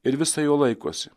ir visa jo laikosi